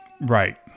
right